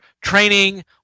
training